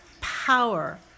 power